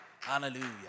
Hallelujah